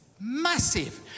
massive